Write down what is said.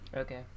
Okay